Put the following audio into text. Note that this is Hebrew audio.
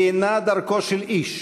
היא אינה דרכו של איש,